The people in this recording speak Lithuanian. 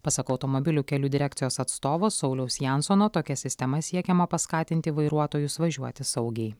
pasak automobilių kelių direkcijos atstovo sauliaus jansono tokia sistema siekiama paskatinti vairuotojus važiuoti saugiai